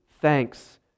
thanks